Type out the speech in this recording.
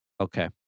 Okay